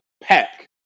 pack